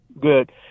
Good